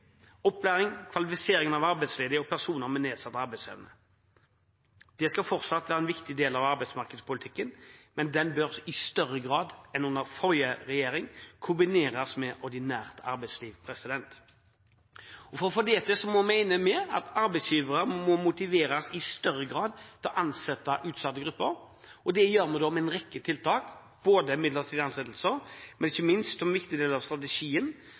opplæring og kvalifisering av arbeidsledige og personer med nedsatt arbeidsevne. Det skal fortsatt være en viktig del av arbeidsmarkedspolitikken, men den bør i større grad enn under forrige regjering kombineres med ordinært arbeidsliv. For å få til det mener vi at arbeidsgivere må motiveres til i større grad å ansette utsatte grupper, og det gjør vi med en rekke tiltak – midlertidige ansettelser, men ikke minst som en viktig del av strategien